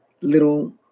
little